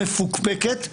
מפוקפקת,